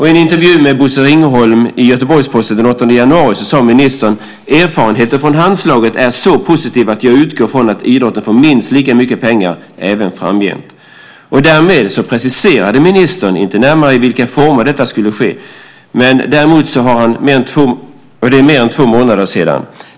I en intervju med Bosse Ringholm i Göteborgs-Posten den 8 januari sade ministern: "Erfarenheterna från Handslaget är så positiva att jag utgår från att idrotten får minst lika mycket pengar även framgent." Däremot preciserade ministern inte närmare i vilka former detta skulle ske, och det är mer än två månader sedan.